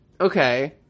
okay